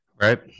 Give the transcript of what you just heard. Right